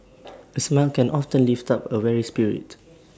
A smile can often lift up A weary spirit